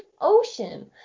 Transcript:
ocean